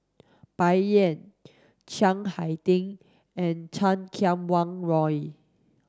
Bai Yan Chiang Hai Ding and Chan Kum Wah Roy